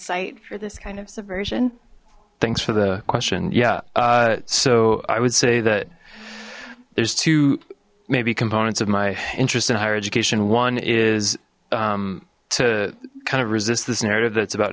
site for this kind of subversion thanks for the question yeah so i would say that there's two maybe components of my interest in higher education one is to kind of resist this narrative that's about